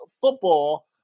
football